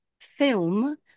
film